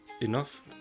enough